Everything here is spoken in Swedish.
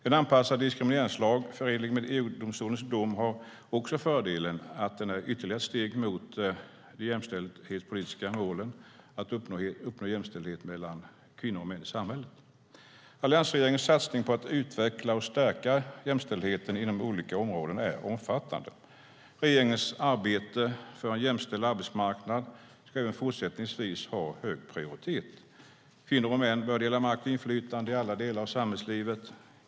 En anpassad diskrimineringslag, förenlig med EU-domstolens dom, har också fördelen att den är ytterligare ett steg mot de jämställdhetspolitiska målen, att uppnå jämställdhet mellan kvinnor och män i samhället. Alliansregeringens satsning på att utveckla och stärka jämställdheten inom olika områden är omfattande. Regeringens arbete för en jämställd arbetsmarknad ska även fortsättningsvis ha hög prioritet. Kvinnor och män bör dela makt och inflytande i alla delar av samhällslivet.